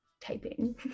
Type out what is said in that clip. Typing